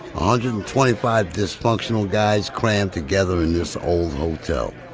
ah hundred and twenty five dysfunctional guys crammed together in this old hotel.